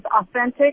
authentic